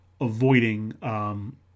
avoiding